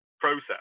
process